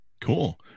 Cool